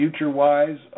FutureWise